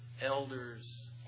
elders